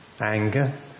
Anger